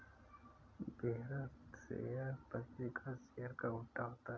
bearer share पंजीकृत share का उल्टा होता है